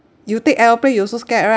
you take aeroplane you also scared right